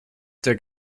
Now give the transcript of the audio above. der